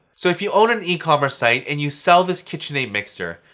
so, if you own an ecommerce site and you sell this kitchen aid mixer,